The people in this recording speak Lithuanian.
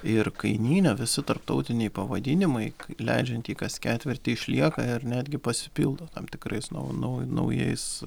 ir kainyne visi tarptautiniai pavadinimai leidžiant jį kas ketvirtį išlieka ir netgi pasipildo tam tikrais nau nau naujais